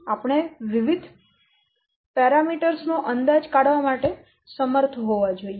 આપણે વિવિધ પરિમાણો નો અંદાજ કાઢવા માટે સમર્થ હોવા જોઈએ